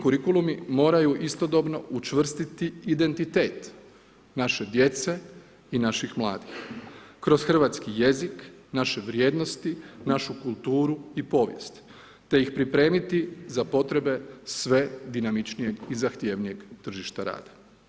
Kurikulumi moraju istodobno učvrstiti identitet naše djece i naših mladih kroz hrvatski jezik naše vrijednosti, našu kulturu i povijest te ih pripremiti za potrebe sve dinamičnijeg i zahtjevnijeg tržišta rada.